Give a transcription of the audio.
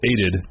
aided